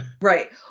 Right